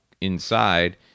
inside